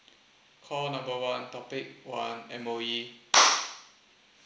call number one topic one M_O_E